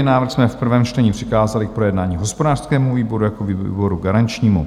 Návrh jsme v prvém čtení přikázali k projednání hospodářskému výboru jako výboru garančnímu.